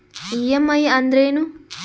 EMI ಅಂದ್ರೇನು?